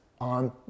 on